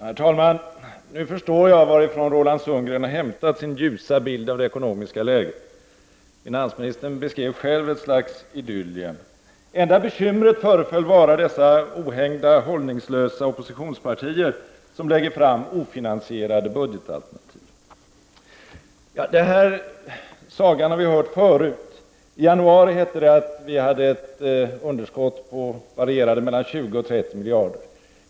Herr talman! Nu förstår jag varifrån Roland Sundgren har hämtat sin ljusa bild av det ekonomiska läget. Finansministern beskrev själv ett slags Idyl lien. Det enda bekymret föreföll vara dessa ohängda, hållningslösa oppositionspartier, som lägger fram ofinansierade budgetalternativ. Den här sagan har vi hört förut. I januari hette det att vi hade ett underskott som varierade mellan 20 och 30 miljarder.